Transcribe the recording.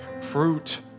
fruit